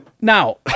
Now